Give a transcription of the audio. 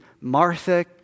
Martha